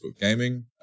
Gaming